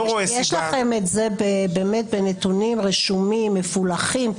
יש לכם את זה בנתונים רשומים ומפולחים?